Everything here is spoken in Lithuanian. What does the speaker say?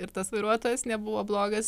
ir tas vairuotojas nebuvo blogas